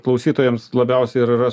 klausytojams labiausiai ir yra